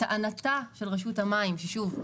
טענתה של רשות המים ששוב,